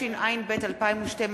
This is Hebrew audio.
התשע"ב 2012,